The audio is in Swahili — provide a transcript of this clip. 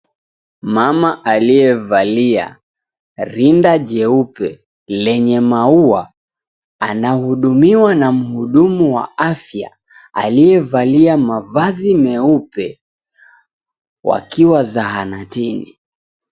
Mama aliyevalia rinda jeupe lenye maua, anahudumiwa na mhudumu wa afya aliyevalia mavazi meupe wakiwa zahanatini.